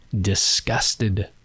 disgusted